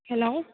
hello